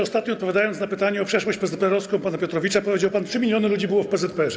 Ostatnio, odpowiadając na pytanie o przeszłość PZPR-owską pana Piotrowicza, powiedział pan: 3 mln ludzi było w PZPR.